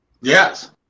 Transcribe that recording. Yes